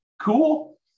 Cool